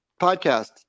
podcast